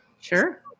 Sure